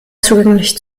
zugänglich